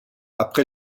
après